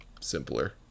simpler